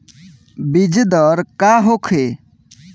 बीजदर का होखे?